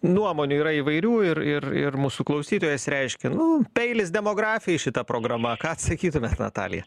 nuomonių yra įvairių ir ir ir mūsų klausytojas reiškia nu peilis demografijai šita programa ką atsakytumėt natalija